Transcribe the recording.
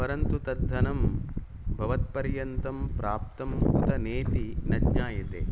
परन्तु तत् धनं भवत् पर्यन्तं प्राप्तम् उत नेति न ज्ञायते